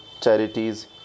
charities